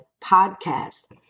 podcast